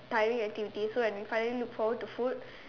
tiring activities so when we finally look forward to food